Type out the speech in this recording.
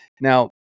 now